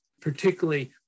particularly